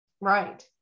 Right